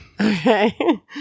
Okay